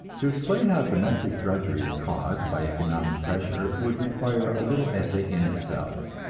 to explain how domestic drudgery is caused by economic pressure would require a little essay in itself.